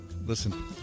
Listen